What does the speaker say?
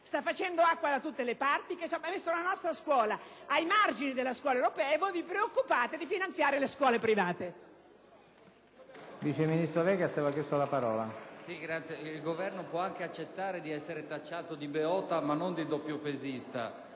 sta facendo acqua da tutte le parti e che ha messo la nostra scuola ai margini della scuola europea: e voi vi preoccupate di finanziare le scuole private.